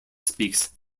speaks